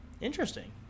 Interesting